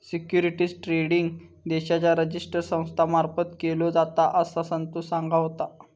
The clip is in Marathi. सिक्युरिटीज ट्रेडिंग देशाच्या रिजिस्टर संस्था मार्फत केलो जाता, असा संतोष सांगा होतो